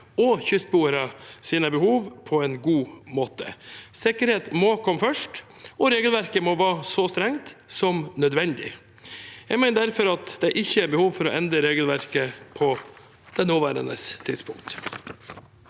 og kystboeres behov på en god måte. Sikkerhet må komme først, og regelverket må være så strengt som nødvendig. Jeg mener derfor at det ikke er behov for å endre regelverket på nåværende tidspunkt.